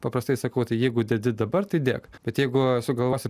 paprastai sakau jeigu dedi dabar tai dėk bet jeigu sugalvosi